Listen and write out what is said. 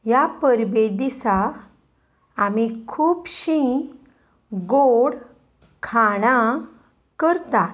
ह्या परबे दिसा आमी खुबशीं गोड खाणां करतात